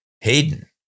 Hayden